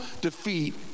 defeat